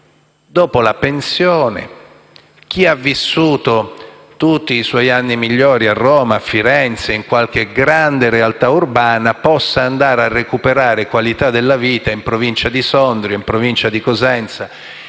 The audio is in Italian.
dopo la pensione, chi ha vissuto tutti i suoi anni migliori a Roma, a Firenze o in qualche altra grande realtà urbana, possa andare a recuperare la qualità della vita in Provincia di Sondrio, di Cosenza